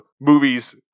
movies